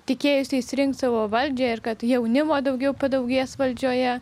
tikėjosi išsirinkt savo valdžią ir kad jaunimo daugiau padaugės valdžioje